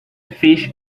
fish